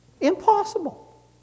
impossible